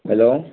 hello